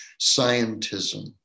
scientism